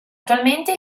attualmente